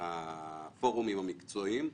והפורומים המקצועיים,